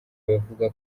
abavuga